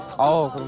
oh